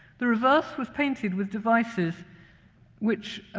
the reverse was painted with devices which.